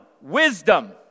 Wisdom